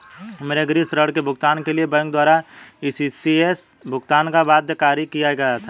मेरे गृह ऋण के भुगतान के लिए बैंक द्वारा इ.सी.एस भुगतान को बाध्यकारी किया गया था